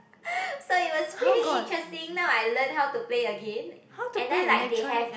so it was pretty interesting now I learn how to play again and then like they have